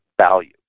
value